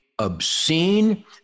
Obscene